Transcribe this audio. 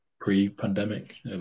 pre-pandemic